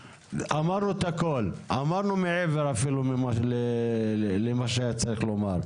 וצריך לזכור שמדובר פה באנשים שלא שילמו חוב שהם חייבים לשלם אותו,